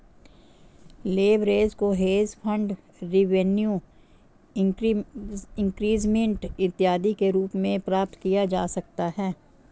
leverage को hedge fund revenue increment इत्यादि के रूप में प्राप्त किया जा सकता है